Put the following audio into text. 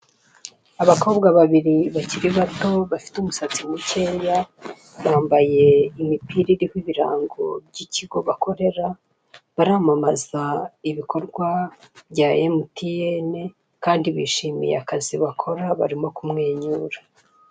Abakobwa babiri bakiri bato bafite umisatsi mucyeya, bambaye imipira iriho ibirango by'ikigo bakorera. Baramamaza ibikorwa bya emutiyene kandi bishimiye akazi bakora, barimo kumwenyura.